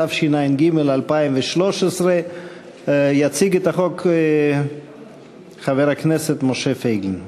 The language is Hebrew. התשע"ג 2013. יציג את החוק חבר הכנסת משה פייגלין.